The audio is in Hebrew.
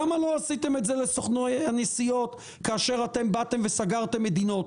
למה לא עשיתם את זה לסוכני הנסיעות כאשר אתם באתם וסגרתם מדינות?